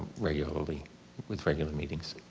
regularly with regular meetings.